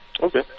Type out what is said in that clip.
Okay